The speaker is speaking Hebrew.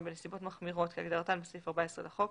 בנסיבות מחמירות כהגדרתן בסעיף 14 לחוק,